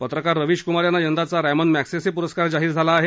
पत्रकार रवीश कुमार यांना यंदाचा रॅमन मॅगेसेसे पुरस्कार जाहीर झाला आहे